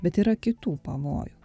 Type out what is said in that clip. bet yra kitų pavojų